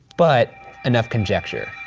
but enough conjecture,